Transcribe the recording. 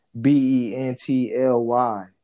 B-E-N-T-L-Y